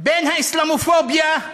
בין האסלאמופוביה,